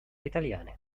italiane